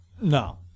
no